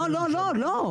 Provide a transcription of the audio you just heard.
לא, לא.